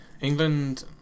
England